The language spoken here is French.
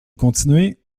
continuez